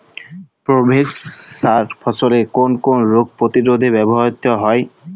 Provex সার ফসলের কোন কোন রোগ প্রতিরোধে ব্যবহৃত হয়?